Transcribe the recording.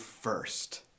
first